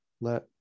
let